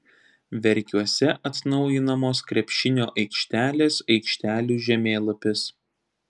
verkiuose atnaujinamos krepšinio aikštelės aikštelių žemėlapis